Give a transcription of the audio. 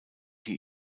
die